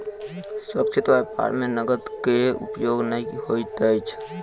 सुरक्षित व्यापार में नकद के उपयोग नै होइत अछि